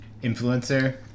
influencer